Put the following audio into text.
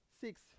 Six